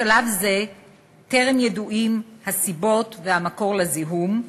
2. בשלב זה טרם ידועים הסיבות והמקור לזיהום.